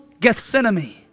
Gethsemane